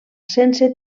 sense